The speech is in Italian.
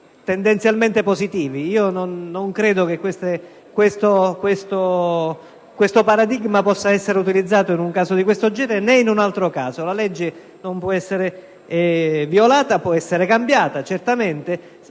fini tendenzialmente positivi. Io non credo che questo paradigma possa essere utilizzato in un caso di questo genere, né in un altro caso. La legge non può essere violata ma può essere certamente